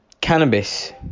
Cannabis